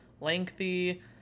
lengthy